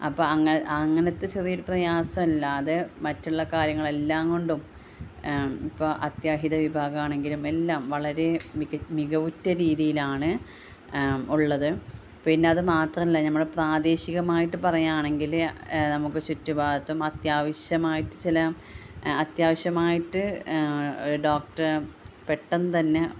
അപ്പോള് അങ്ങനത്തെ ചെറിയയൊരു പ്രയാസം അല്ലാതെ മറ്റുള്ള കാര്യങ്ങൾ എല്ലാം കൊണ്ടും ഇപ്പോള് അത്യാഹിത വിഭാഗം ആണെങ്കിലും എല്ലാം വളരെ മികവുറ്റ രീതിയിലാണ് ഉള്ളത് പിന്നെ അത് മാത്രമല്ല നമ്മളെ പ്രാദേശികമായിട്ട് പറയുകയാണെങ്കില് നമുക്ക് ചുറ്റ് ഭാഗത്തും അത്യാവശ്യമായിട്ട് ചില അത്യാവശ്യമായിട്ട് പെട്ടെന്ന് തന്നെ